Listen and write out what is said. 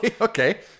Okay